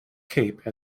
cape